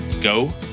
Go